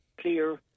clear